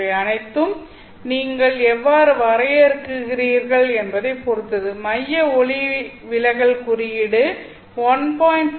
இவை அனைத்தும் நீங்கள் எவ்வாறு வரையறுக்கிறீர்கள் என்பதைப் பொறுத்தது மைய ஒளிவிலகல் குறியீடு 1